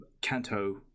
Kanto